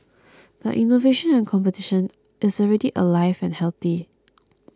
but innovation and competition is already alive and healthy